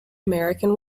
american